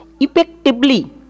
Effectively